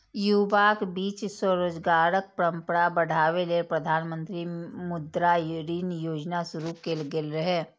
युवाक बीच स्वरोजगारक परंपरा बढ़ाबै लेल प्रधानमंत्री मुद्रा ऋण योजना शुरू कैल गेल रहै